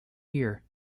year